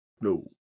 no